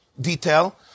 detail